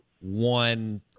one